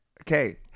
Okay